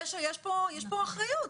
יש פה אחריות.